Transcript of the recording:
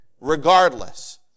regardless